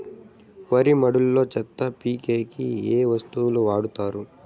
వరి మడిలో చెత్త పీకేకి ఏ వస్తువులు వాడుతారు?